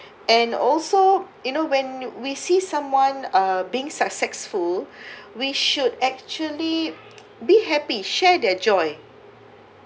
and also you know when we see someone uh being successful we should actually be happy share their joy